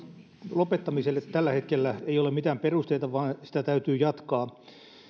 lopettamiselle tällä hetkellä ei ole mitään perusteita vaan sitä täytyy jatkaa